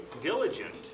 diligent